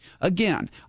Again